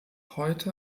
heute